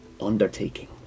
undertaking